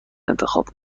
انتخاب